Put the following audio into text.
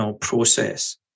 process